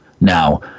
Now